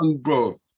bro